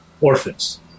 orphans